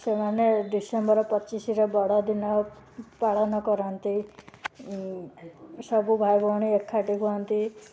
ସେମାନେ ଡିସେମ୍ବର ପଚିଶରେ ବଡ଼ଦିନ ପାଳନ କରନ୍ତି ସବୁ ଭାଇଭଉଣୀ ଏକାଠି ହୁଅନ୍ତି